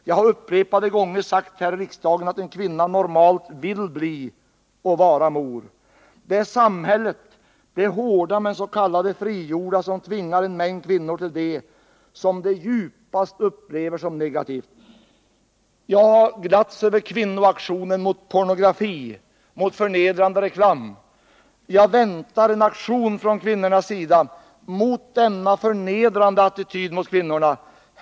Jag har upprepade gånger sagt här i riksdagen att en kvinna normalt vill bli och vara mor. Det är samhället, det hårda men s.k. frigjorda, som tvingar en mängd kvinnor till det som de djupast upplever som negativt. Jag har glatts över kvinnoaktionen mot pornografi och förnedrande reklam. Jag väntar en aktion från kvinnornas sida mot den förnedrande attityd som tvingar kvinnor till abort.